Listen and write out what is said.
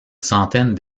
centaine